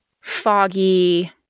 foggy